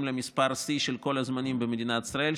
למספר שיא של כל הזמנים במדינת ישראל,